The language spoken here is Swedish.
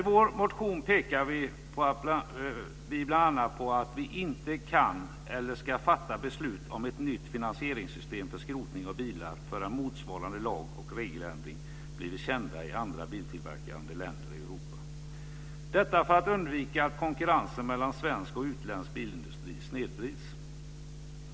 I vår motion pekar vi bl.a. på att vi inte ska fatta beslut om ett nytt finansieringssystem för skrotning av bilar förrän motsvarande lag och regeländring blivit känd i andra biltillverkande länder i Europa, för att undvika att konkurrensen mellan svensk och utländsk bilindustri snedvrids.